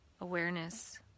awareness